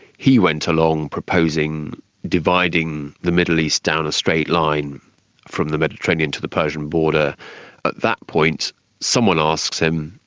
he went along proposing dividing the middle east down a straight line from the mediterranean to the persian border. at that point someone asked him,